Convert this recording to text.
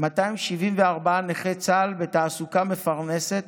274 נכי צה"ל בתעסוקה מפרנסת